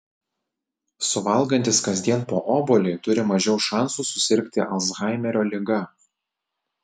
suvalgantys kasdien po obuolį turi mažiau šansų susirgti alzhaimerio liga